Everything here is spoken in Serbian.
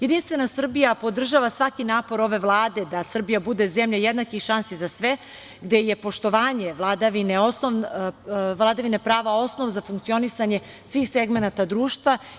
Jedinstvena Srbija podržava svaki napor ove Vlade da Srbija bude zemlja jednakih šansi za sve, gde je poštovanje vladavine prava osnov za funkcionisanje svih segmenata društva.